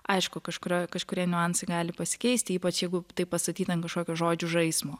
aišku kažkurio kažkurie niuansai gali pasikeisti ypač jeigu tai pastatyta ant kažkokio žodžių žaismo